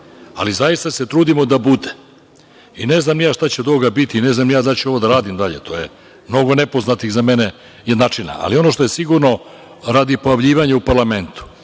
ali zaista se trudimo da bude. Ne znam ni ja šta će od ovoga biti, ne znam ni ja da li ću ovo da radim dalje, to je mnogo nepoznatih za mene jednačina, ali ono što je sigurno, radi pojavljivanja u parlamentu,